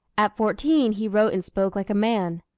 at fourteen he wrote and spoke like a man.